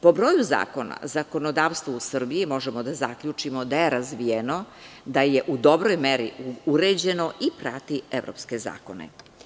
Po broju zakona zakonodavstva u Srbiji možemo da zaključimo da je razvijeno, da je u dobroj meri uređeno i prati evropske zakone.